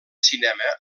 cinema